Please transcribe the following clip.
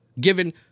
given